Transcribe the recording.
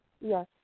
Yes